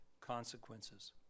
consequences